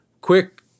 quick